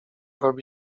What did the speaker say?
robi